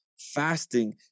Fasting